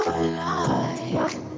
alive